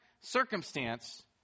circumstance